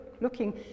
looking